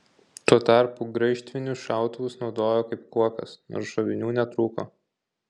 tuo tarpu graižtvinius šautuvus naudojo kaip kuokas nors šovinių netrūko